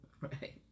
Right